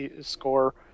score